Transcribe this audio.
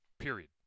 period